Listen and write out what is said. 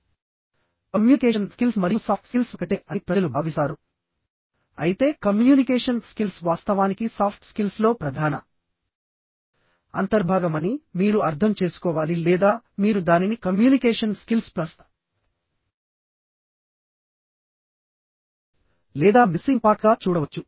వాస్తవానికి communication skills మరియు soft skills ఒకటే అని ప్రజలు అపోహ కలిగి ఉంటారు అయితే కమ్యూనికేషన్ స్కిల్స్ వాస్తవానికి సాఫ్ట్ స్కిల్స్లో ప్రధాన అంతర్భాగమని మీరు అర్థం చేసుకోవాలి లేదా మీరు దానిని కమ్యూనికేషన్ స్కిల్స్ ప్లస్ లేదా మిస్సింగ్ పార్ట్గా చూడవచ్చు